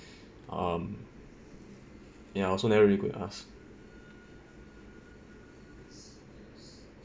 um ya I also never really go and ask